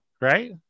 right